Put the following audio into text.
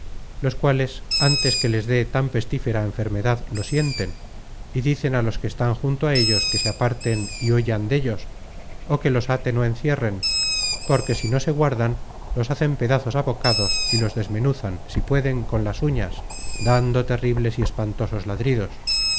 los cuales antes que les dé tan pestífera enfermedad lo sienten y dicen á los que están junto á ellos que se aparten y huyan dellos ó que los aten ó encierren porque si no se guardan los hacen pedazos á bocados y los desmenuzan si pueden con las uñas dando terribles y espantosos ladridos